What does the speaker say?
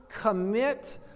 commit